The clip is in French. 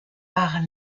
par